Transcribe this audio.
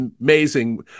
amazing